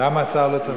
למה השר לא צריך להשיב?